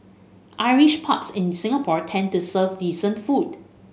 Irish pubs in Singapore tend to serve decent food